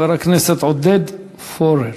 חבר הכנסת עודד פורר.